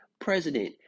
president